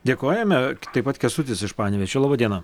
dėkojame taip pat kęstutis iš panevėžio laba diena